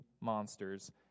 monsters